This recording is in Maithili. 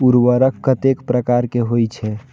उर्वरक कतेक प्रकार के होई छै?